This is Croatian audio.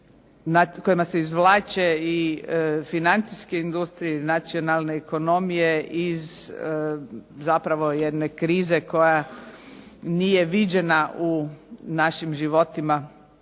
kojima se izvlače i financijske industrijske, nacionalne ekonomije iz zapravo jedne krize koja nije viđena u našim životima